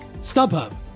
StubHub